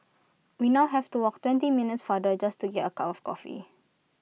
we now have to walk twenty minutes farther just to get A cup of coffee